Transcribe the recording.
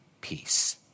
peace